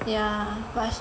yeah